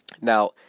Now